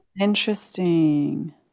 Interesting